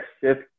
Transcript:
shift